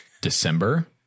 December